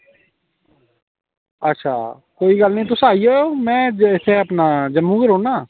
अच्छा कोई गल्ल निं तुस आई जाएओ में इत्थें अपना जम्मू गै रौह्न्ना